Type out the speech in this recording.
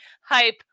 hype